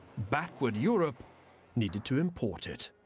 backward europe needed to import it.